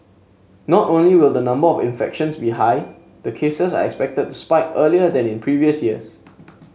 not only will the number of infections be high the cases are expected to spike earlier than in previous years